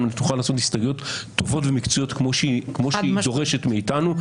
על מנת שנוכל לעשות הסתייגויות טובות ומקצועיות כמו שהיא דורשת מאיתנו.